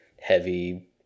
heavy